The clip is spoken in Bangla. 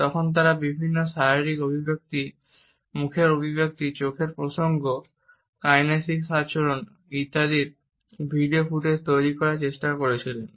তখন তারা বিভিন্ন শারীরিক অভিব্যক্তি মুখের অভিব্যক্তি চোখের প্রসঙ্গ কাইনেসিক আচরণ ইত্যাদির ভিডিও ফুটেজ তৈরি করার চেষ্টা করেছিলেন